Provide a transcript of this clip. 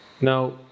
Now